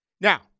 Now